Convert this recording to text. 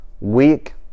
Weak